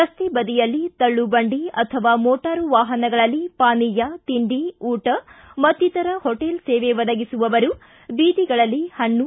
ರಸ್ತೆ ಬದಿಯಲ್ಲಿ ತಳ್ಳು ಬಂಡಿ ಅಥವಾ ಮೋಟಾರು ವಾಹನಗಳಲ್ಲಿ ಪಾನೀಯ ತಿಂಡಿ ಊಟ ಮತ್ತಿತರ ಹೋಟೆಲ್ ಸೇವೆ ಒದಗಿಸುವವರು ಬೀದಿಗಳಲ್ಲಿ ಹಣ್ಣು